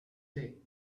day